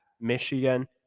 Michigan